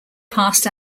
passed